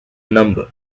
number